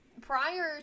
prior